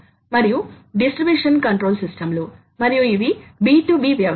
కానీ పదార్థ సజాతీయత కారణంగా పెద్ద ఓవర్ లోడ్ లు ఎదురవుతాయి